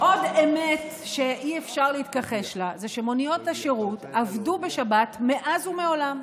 עוד אמת שאי-אפשר להתכחש לה זה שמוניות השירות עבדו בשבת מאז ומעולם,